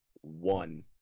one